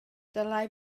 dylai